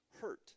hurt